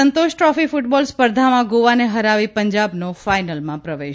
સંતોષ trophy football સ્પર્ધામાં ગોવાને હરાવી પંજાબનો ફાઇનલમાં પ્રવેશ